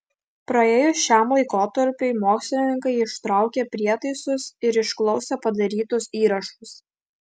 praėjus šiam laikotarpiui mokslininkai ištraukė prietaisus ir išklausė padarytus įrašus